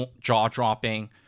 jaw-dropping